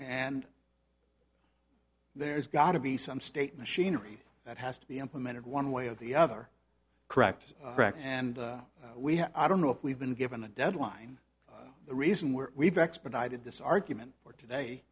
and there's got to be some state machinery that has to be implemented one way or the other correct and we have i don't know if we've been given a deadline the reason we're we've expedited this argument for today